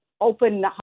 open